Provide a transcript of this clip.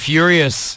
Furious